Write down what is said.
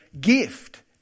gift